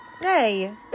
Hey